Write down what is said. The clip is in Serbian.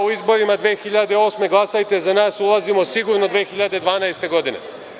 Pa u izborima 2008. godine – glasajte za nas ulazimo sigurno 2012. godine.